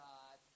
God